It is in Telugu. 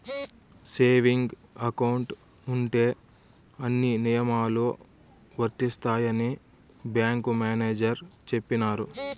సేవింగ్ అకౌంట్ ఉంటే అన్ని నియమాలు వర్తిస్తాయని బ్యాంకు మేనేజర్ చెప్పినారు